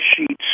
sheets